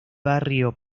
barrio